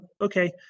okay